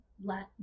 Latin